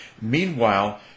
meanwhile